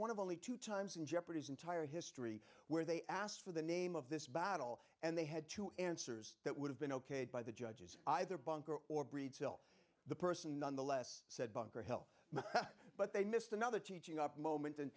one of only two times in jeopardy entire history where they asked for the name of this battle and they had two answers that would have been okayed by the judges either bunker or breed till the person nonetheless said bunker hill but they missed another teaching up moment